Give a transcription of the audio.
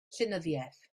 llenyddiaeth